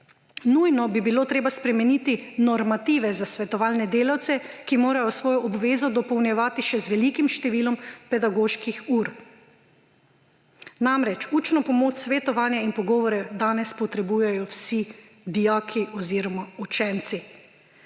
Nujno bi bilo treba spremeniti normative za svetovalne delavce, ki morajo svojo obvezo dopolnjevati še z velikim številom pedagoških ur. Namreč, učno pomoč svetovanja in pogovore danes potrebujejo vsi dijaki oziroma učenci.«